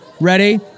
Ready